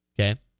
Okay